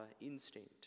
instinct